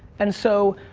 and so,